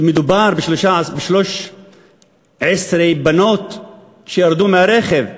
מדובר ב-13 בנות שירדו מהרכב.